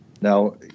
Now